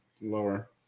Lower